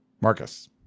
Marcus